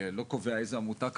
לא קובע איזה עמותה כרגע,